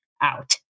out